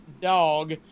dog